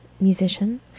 musician